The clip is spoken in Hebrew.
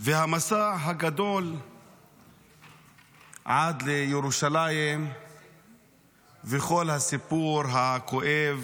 והמסע הגדול עד לירושלים וכל הסיפור הכואב,